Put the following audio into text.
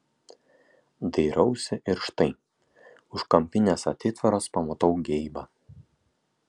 dairausi ir štai už kampinės atitvaros pamatau geibą